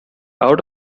out